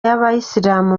y’abayisilamu